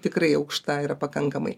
tikrai aukšta yra pakankamai